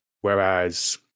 Whereas